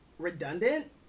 redundant